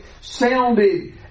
sounded